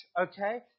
okay